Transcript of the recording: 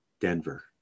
Denver